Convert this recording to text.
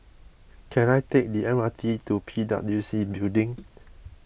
can I take the M R T to P W C Building